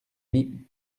mis